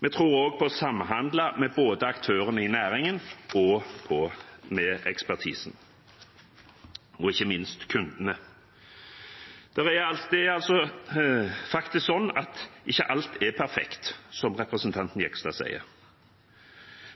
Vi tror også på å samhandle både med aktørene i næringen, med ekspertisen og ikke minst med kundene. Alt er ikke perfekt, som representanten Jegstad sier,